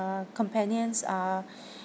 companions are